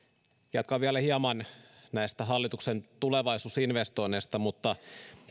jatkan vielä hieman näistä hallituksen tulevaisuusinvestoinneista mutta